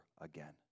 again